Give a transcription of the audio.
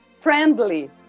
Friendly